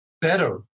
better